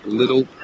little